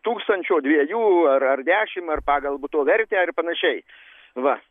tūkstančio dviejų ar ar dešim ar pagal buto vertę ar panašiai va